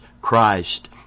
Christ